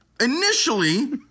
Initially